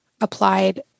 applied